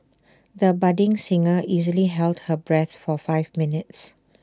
the budding singer easily held her breath for five minutes